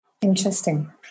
Interesting